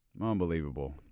Unbelievable